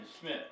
Smith